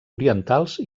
orientals